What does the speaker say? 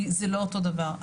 כי זה לא אותו דבר,